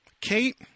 Kate